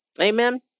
Amen